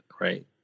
Right